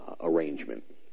arrangement